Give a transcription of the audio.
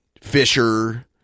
Fisher